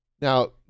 now